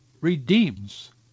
redeems